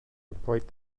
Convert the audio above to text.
complete